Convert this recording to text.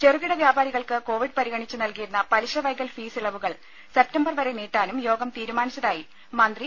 ചെറുകിട വ്യാപാരികൾക്ക് കോവിഡ് പരിഗണിച്ച് നൽകിയിരുന്ന പലിശ വൈകൽ ഫീസ് ഇളവുകൾ സെപ്തംബർ വരെ നീട്ടാനും യോഗം തീരുമാനിച്ചതായി മന്ത്രി ഡോ